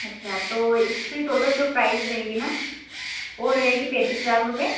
अच्छा तो इसकी टोटल जो प्राइस रहेगी ना वह रहेगी पैंतीस लाख रुपये